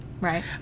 Right